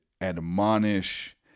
admonish